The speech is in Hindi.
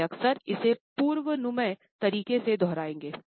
वे अक्सर इसे पूर्वानुमेय तरीके से दोहराएँगे